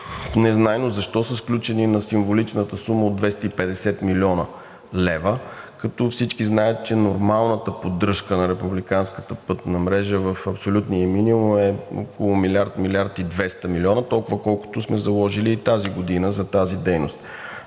незнайно защо са сключени на символичната сума от 250 млн. лв., като всички знаят, че нормалната поддръжка на републиканската пътна мрежа в абсолютния ѝ минимум е около милиард-милиард и 200 милиона, толкова, колкото сме заложили и тази година за тази дейност.